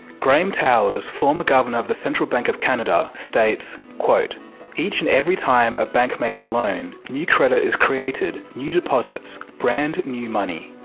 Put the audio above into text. graham towers, former governor of the central bank of canada states each and every time a bank makes a loan, new credit is created. new deposits. brand new money.